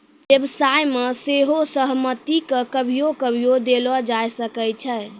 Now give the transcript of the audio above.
व्यवसाय मे सेहो सहमति के कभियो कभियो देलो जाय सकै छै